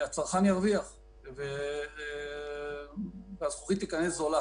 הצרכן ירוויח והזכוכית תיכנס זולה